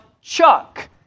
Chuck